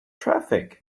traffic